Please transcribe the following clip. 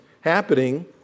happening